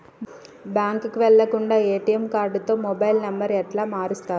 బ్యాంకుకి వెళ్లకుండా ఎ.టి.ఎమ్ కార్డుతో మొబైల్ నంబర్ ఎట్ల మారుస్తరు?